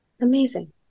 amazing